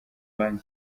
ban